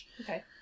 okay